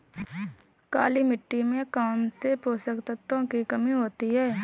काली मिट्टी में कौनसे पोषक तत्वों की कमी होती है?